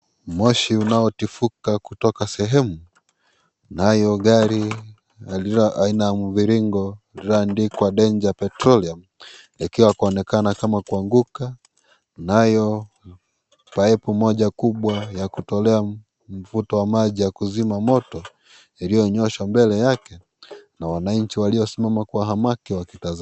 Moshi unaotifuta kutoka sehemu, nayo gari lililo aina ya mviringo lilioandikwa "Danger Petroleum", likiwa kuonekana kama kuanguka nayo pipe moja kubwa ya kutolea mvuto wa maji ya kuzima moto, ilinyoshwa mbele yake, na wananchi waliosimama kwa hamaki wakitazama.